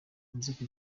inzoka